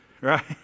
Right